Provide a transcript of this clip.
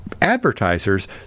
advertisers